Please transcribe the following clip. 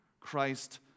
Christ